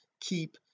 keep